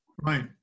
right